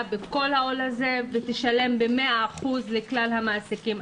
בכל העול הזה ותשלם 100% לכלל המעסיקים.